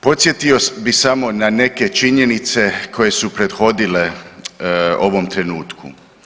Podsjetio bih samo na neke činjenice koje su prethodile ovom trenutku.